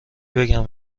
بگم